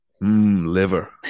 Liver